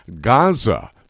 Gaza